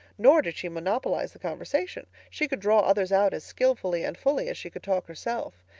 nor did she monopolize the conversation. she could draw others out as skillfully and fully as she could talk herself,